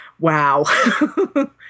wow